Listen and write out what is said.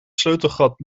sleutelgat